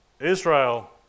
Israel